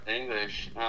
English